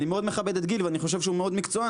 אני מאוד מכבד את גיל וחושב שהוא מאוד מקצוען